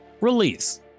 Release